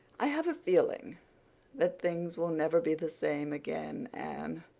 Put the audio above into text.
i have a feeling that things will never be the same again, anne.